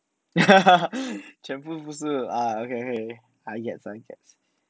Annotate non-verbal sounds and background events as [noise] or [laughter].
[laughs] 全部不是 ah okay okay I get I get